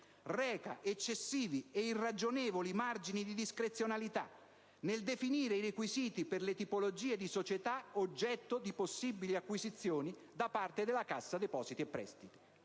«reca eccessivi e irragionevoli margini di discrezionalità nel definire i requisiti per le tipologie di società oggetto di possibili acquisizioni da parte della Cassa depositi e prestiti